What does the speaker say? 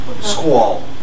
Squall